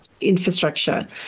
infrastructure